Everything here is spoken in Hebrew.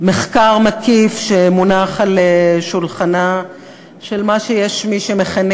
מחקר מקיף שמונח על שולחנה של מה שיש שמכנים